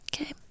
Okay